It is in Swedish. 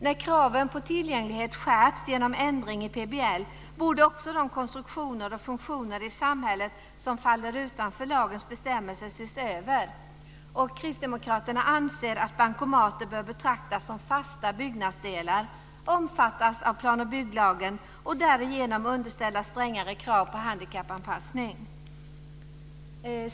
När kraven på tillgänglighet skärps genom ändringar i PBL borde också de konstruktioner och funktioner i samhället som faller utanför lagens bestämmelser ses över. Kristdemokraterna anser att bankomater bör betraktas som fasta byggnadsdelar, omfattas av plan och bygglagen och därigenom underställas strängare krav på handikappanpassning. Fru talman!